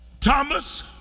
Thomas